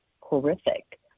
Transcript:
horrific